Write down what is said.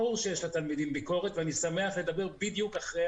ברור שיש לתלמידים ביקורת ואני שמח לדבר אחרי